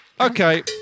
Okay